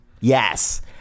Yes